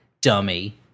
Dummy